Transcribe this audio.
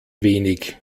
wenig